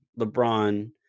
LeBron